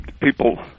People